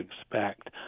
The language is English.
expect